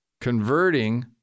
converting